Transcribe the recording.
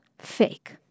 Fake